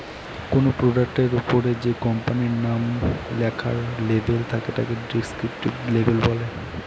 কোনো প্রোডাক্টের ওপরে যে কোম্পানির নাম লেখার লেবেল থাকে তাকে ডেস্ক্রিপটিভ লেবেল বলে